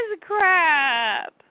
crap